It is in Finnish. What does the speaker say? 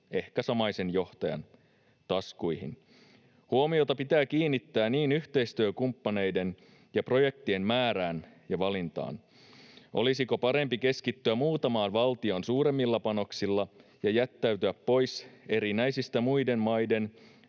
ehkä samaisen johtajan taskuihin. Huomiota pitää kiinnittää yhteistyökumppaneiden ja ‑projektien määrään ja valintaan. Olisiko parempi keskittyä muutamaan valtioon suuremmilla panoksilla ja jättäytyä pois erinäisistä muiden maiden